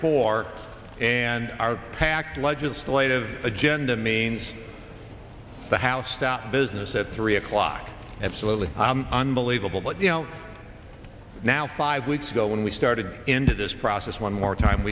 four and are packed legislative agenda means the house that business at three o'clock absolute unbelievable but you know now five weeks ago when we started into this process one more time